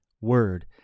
word